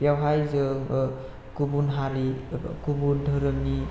बेयावहाय जोङो गुबुन हारि एबा गुबुन दोहोरोमनि